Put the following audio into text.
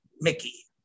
Mickey